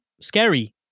Scary